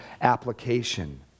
application